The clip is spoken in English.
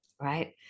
Right